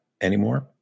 anymore